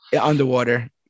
underwater